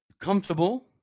comfortable